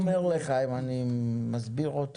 הוא אומר לך, אם אני מבין אותו